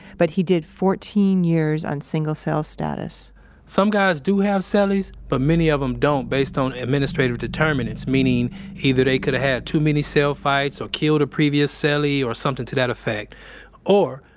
but he did fourteen years on single cell status some guys do have so cellies but many of them don't based on administrative determinates, meaning either they could have had too many cell fights or killed a previous cellie or something to that effect or,